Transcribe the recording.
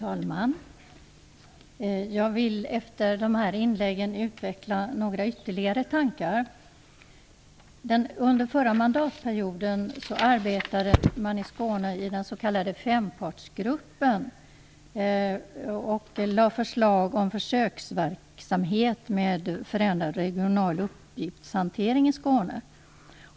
Fru talman! Jag vill efter dessa inlägg utveckla några ytterligare tankar. Under förra mandatperioden arbetade man i Skåne i den s.k. Fempartsgruppen och lade fram förslag om försöksverksamhet med förändrad regional uppgiftshantering i Skåne.